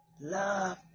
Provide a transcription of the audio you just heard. love